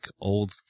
old